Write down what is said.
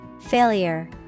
Failure